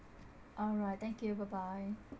alright thank you bye bye